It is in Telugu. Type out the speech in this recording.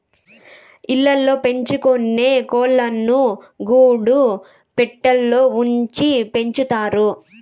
ఇళ్ళ ల్లో పెంచుకొనే కోళ్ళను గూడు పెట్టలో ఉంచి పెంచుతారు